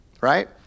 right